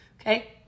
Okay